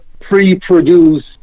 pre-produce